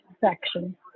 section